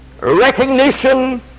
recognition